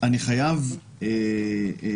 אני חייב לומר